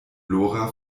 lora